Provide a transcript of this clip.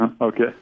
Okay